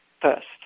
first